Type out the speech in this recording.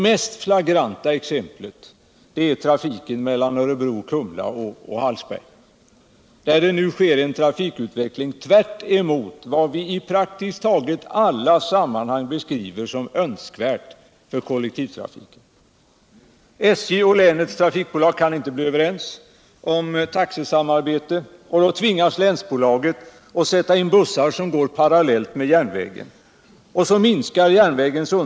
Vad är det för ytterligare erfarenhet som krävs?